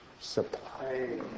supply